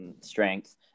Strength